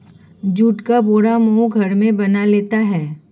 जुट का बोरा मैं घर में बना लेता हूं